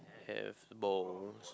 have balls